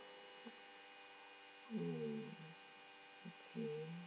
mm okay